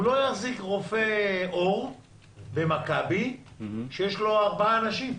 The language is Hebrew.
הוא לא יחזיק רופא עור במכבי כשיש לו ארבעה אנשים.